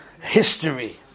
history